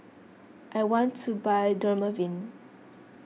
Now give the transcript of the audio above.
I want to buy Dermaveen